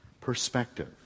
Perspective